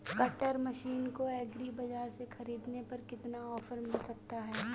Cutter machine को agri बाजार से ख़रीदने पर कितना ऑफर मिल सकता है?